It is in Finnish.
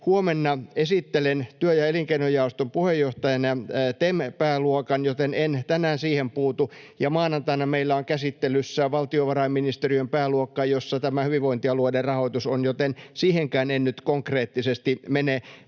Huomenna esittelen työ- ja elinkeinojaoston puheenjohtajana TEM-pääluokan, joten en tänään siihen puutu, ja maanantaina meillä on käsittelyssä valtiovarainministeriön pääluokka, jossa tämä hyvinvointialueiden rahoitus on, joten siihenkään en nyt konkreettisesti mene, vaan